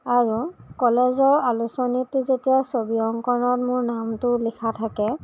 আৰু কলেজৰ আলোচনীতো যেতিয়া ছবি অংকণত মোৰ নামটো লিখা থাকে